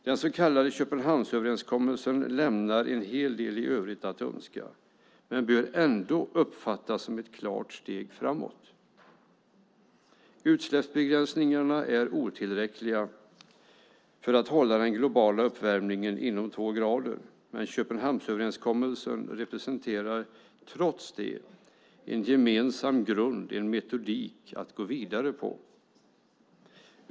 Den så kallade Köpenhamnsöverenskommelsen lämnar en hel del övrigt att önska men bör ändå uppfattas som ett klart steg framåt. Utsläppsbegränsningarna är otillräckliga för att hålla den globala uppvärmningen inom två grader, men Köpenhamnsöverenskommelsen representerar trots det en gemensam grund och en metodik för att gå vidare.